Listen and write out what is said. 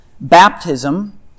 baptism